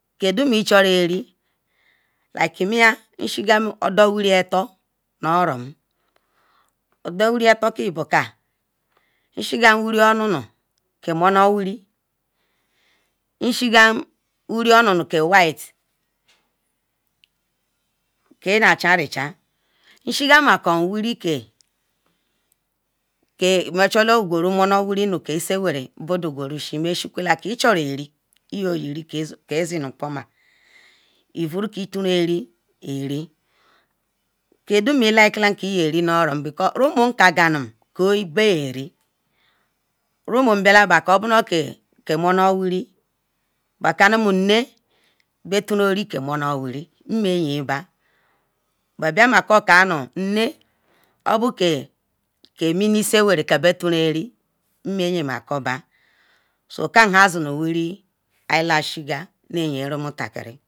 kedum ichuro eri like miyan mshigam odo wiri atol nu orom odo wiri atol kam bo ku wiri onu nu nshigal wiri onunu ke white ke na chanrichan nguru monuwiri nuisiu bodun guru shia ke cho ru ori noru ke i choruri rumun kal amnu biyari okiyari rumun bialaba kanu nne ke monu wirioka ebe yari numeyanba obol ke mini isinwani ke bayari numayakori ba so kam han zuru wiri ana yin rumutakiri